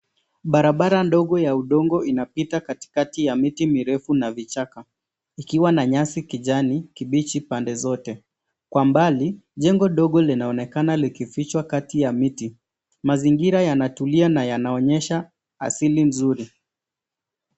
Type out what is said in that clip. Barabara ndogo ya udongo inapita katikati ya miti mirefu na vichaka. Ikiwa na nyasi kijani kibichi pande zote. Kwa mbali, jengo dogo linaonekana likifichwa kati ya miti. Mazingira yanatulia na yanaonyesha asili nzuri.